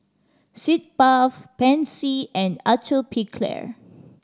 Sitz Bath Pansy and Atopiclair